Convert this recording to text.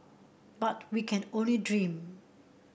but we can only dream